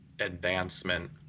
advancement